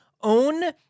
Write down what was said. own